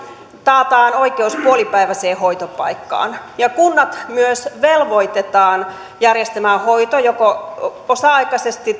taataan oikeus puolipäiväiseen hoitopaikkaan kunnat myös velvoitetaan järjestämään hoito joko osa aikaisesti